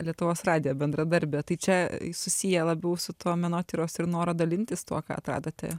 lietuvos radijo bendradarbė tai čia susiję labiau su tuo menotyros ir noro dalintis tuo ką atradote